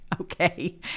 okay